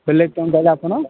ହେଲେ କଣ ଆପଣ